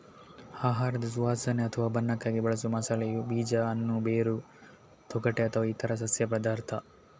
ಆಹಾರದ ಸುವಾಸನೆ ಅಥವಾ ಬಣ್ಣಕ್ಕಾಗಿ ಬಳಸುವ ಮಸಾಲೆಯು ಬೀಜ, ಹಣ್ಣು, ಬೇರು, ತೊಗಟೆ ಅಥವಾ ಇತರ ಸಸ್ಯ ಪದಾರ್ಥ